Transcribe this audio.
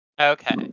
Okay